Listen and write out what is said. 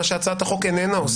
מה שהצעת החוק איננה עושה.